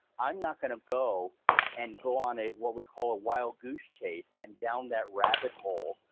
i'm not going to go and go on a, what we call a wild goose chase, and down that rabbit hole,